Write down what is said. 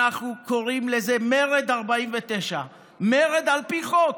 אנחנו קוראים לזה מרד 49. מרד על פי חוק.